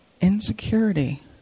Insecurity